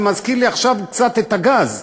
זה מזכיר לי עכשיו קצת את הגז.